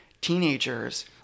teenagers